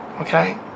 Okay